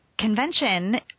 convention